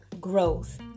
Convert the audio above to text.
growth